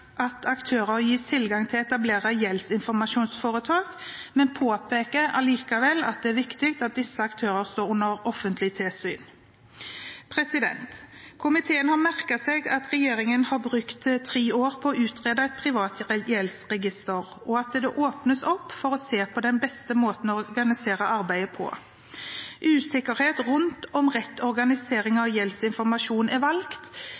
at aktører gis tilgang til å etablere gjeldsinformasjonsforetak, men påpeker allikevel at det er viktig at disse aktører står under offentlig tilsyn. Komiteen har merket seg at regjeringen har brukt tre år på å utrede et privat gjeldsregister, og at det åpnes opp for å se på den beste måten å organisere arbeidet på. Usikkerhet rundt hvorvidt rett organisering av gjeldsinformasjon er valgt,